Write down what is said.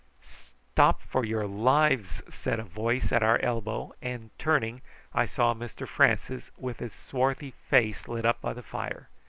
stop for your lives! said a voice at our elbow, and turning i saw mr francis, with his swarthy face lit up by the fire.